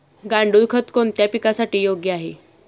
गांडूळ खत कोणत्या पिकासाठी योग्य आहे?